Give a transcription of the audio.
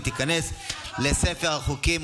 והיא תיכנס לספר החוקים.